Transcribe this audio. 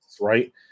right